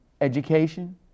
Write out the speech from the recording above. education